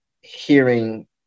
hearing